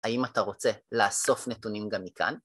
האם אתה רוצה לאסוף נתונים גם מכאן?